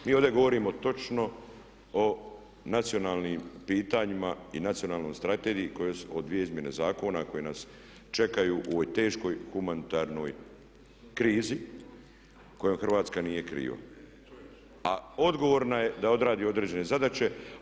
Mi ovdje govorimo točno o nacionalnim pitanjima i Nacionalnoj strategiji, o dvije izmjene zakona koje nas čekaju u ovoj teškoj humanitarnoj krizi kojoj Hrvatska nije kriva, a odgovorna je da odradi određene zadaće.